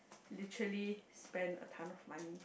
literally spend a tonne of money